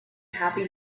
happy